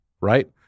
right